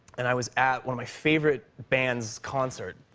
and i was at one of my favorite band's concert,